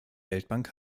weltbank